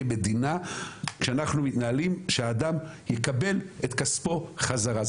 זו אחריות שלנו כמדינה כשאנחנו מתנהלים שהאדם יקבל את כספו חזרה.